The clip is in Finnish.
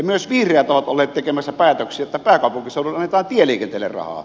myös vihreät ovat olleet tekemässä päätöksiä että pääkaupunkiseudulle annetaan tieliikenteelle rahaa